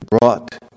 brought